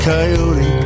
Coyote